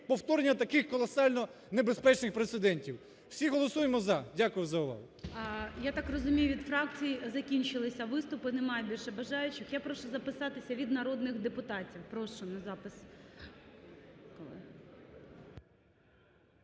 повторення таких колосально небезпечних прецедентів. Всі голосуємо "за". Дякую за увагу.